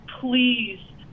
please